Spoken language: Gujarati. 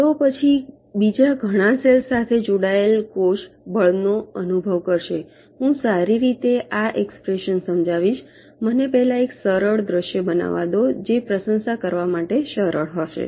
તો પછી બીજા ઘણા સેલ્સ સાથે જોડાયેલ કોષ બળનો અનુભવ કરશે હું સારી રીતે આ એક્સપ્રેશન સમજાવીશ મને પહેલાં એક સરળ દ્રશ્ય બનાવવા દો તે પ્રશંસા કરવા માટે સરળ હશે